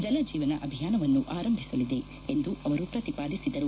ಜಲಜೀವನ ಅಭಿಯಾನವನ್ನು ಆರಂಭಿಸಲಿದೆ ಎಂದು ಅವರು ಪ್ರತಿಪಾದಿಸಿದರು